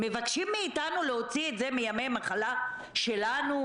מבקשים מאתנו להוציא את זה מימי המחלה שלנו?